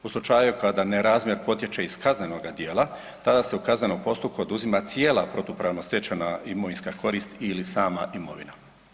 U slučaju kada nerazmjer potječe iz kaznenoga dijela tada se u kaznenom postupku oduzima cijela protupravno stečena imovinska korist ili sama imovina.